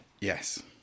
Yes